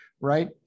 right